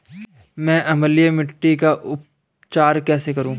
मैं अम्लीय मिट्टी का उपचार कैसे करूं?